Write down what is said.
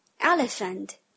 Elephant